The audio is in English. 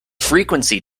frequency